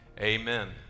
Amen